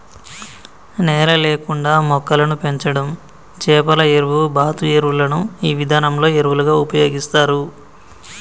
నేల లేకుండా మొక్కలను పెంచడం చేపల ఎరువు, బాతు ఎరువులను ఈ విధానంలో ఎరువులుగా ఉపయోగిస్తారు